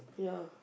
ya